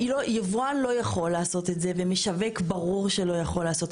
יבואן לא יכול לעשות את זה וברור שגם משווק אל יכול לעשות את זה.